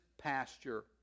pasture